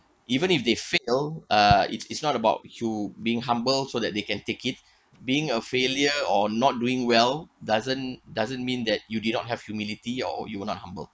even if they feel uh it is not about you being humble so that they can take it being a failure or not doing well doesn't doesn't mean that you did have humility or you were not humble